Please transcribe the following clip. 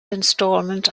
installment